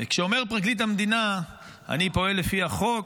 וכשאומר פרקליט המדינה: אני פועל לפי החוק,